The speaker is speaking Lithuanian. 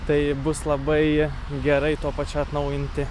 tai bus labai gerai tuo pačiu atnaujinti